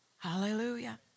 Hallelujah